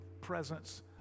presence